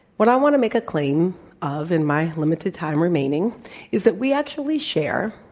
but um want to make a claim of in my limited time remaining is that we actually share,